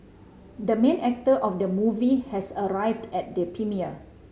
the main actor of the movie has arrived at the premiere